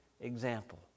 example